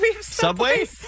Subway